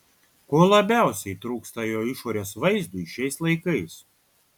ko labiausiai trūksta jo išorės vaizdui šiais laikais